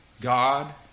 God